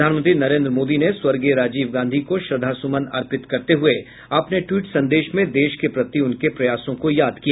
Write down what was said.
प्रधानमंत्री नरेन्द्र मोदी ने स्वर्गीय राजीव गांधी को श्रद्धा स्मन अर्पित करते हुए अपने ट्वीट संदेश में देश के प्रति उनके प्रयासों को याद किया